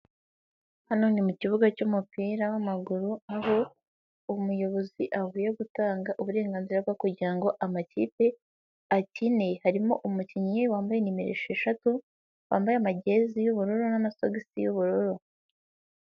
Hano ni mu kibuga cy'umupira w'amaguru, aho umuyobozi avuye gutanga uburenganzira bwo kugira ngo amakipe akine, harimo umukinnyi wambaye nimero esheshatu, wambaye amagezi y'ubururu n'amasogisi y'ubururu.